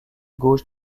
gauche